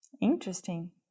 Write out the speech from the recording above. interesting